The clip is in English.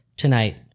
Tonight